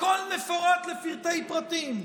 הכול מפורט לפרטי-פרטים,